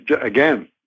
again